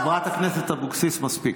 חברת הכנסת אבקסיס, מספיק.